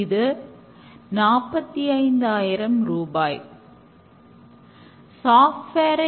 எனவே பயனாளர்களின் feedback மிகவும் கவனமாக கேட்க வேண்டும்